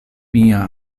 mia